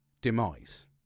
demise